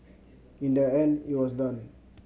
in the end it was done